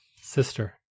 Sister